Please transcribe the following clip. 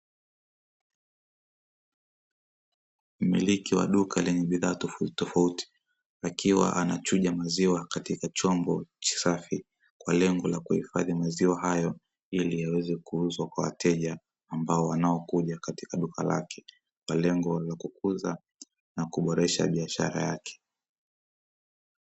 Mmiliki wa duka lenye bidhaa tofautitofauti akiwa anachuja maziwa katika chombo kisafi kwa lengo la kuhifadhi maziwa hayo, ili yaweze kuuzwa kwa wateja ambao wanaokuja katika duka lake kwa lengo la kukuza na kuboresha biashara yake.